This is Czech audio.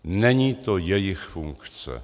Není to jejich funkce.